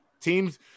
Teams